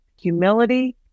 humility